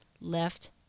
left